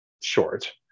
short